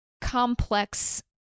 complex